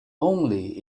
only